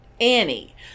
Annie